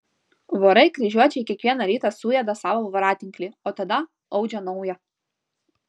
vorai kryžiuočiai kiekvieną rytą suėda savo voratinklį o tada audžia naują